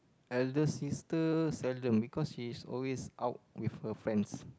eldest sister seldom because she's always out with her friends